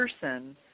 person